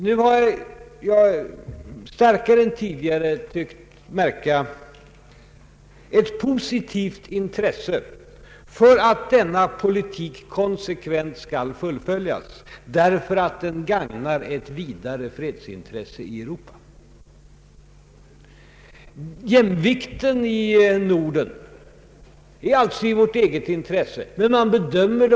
Nu har jag starkare än tidigare också tyckt mig märka ett positivt intresse för att denna politik konsekvent skall fullföljas, därför att den gagnar ett vidare fredsintresse i Europa. Jämvikten i Norden är alltså i vårt eget intresse, men man bedömer Ang.